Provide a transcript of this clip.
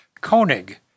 Koenig